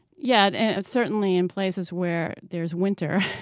yeah and certainly in places where there's winter.